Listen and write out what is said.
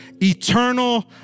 eternal